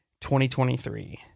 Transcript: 2023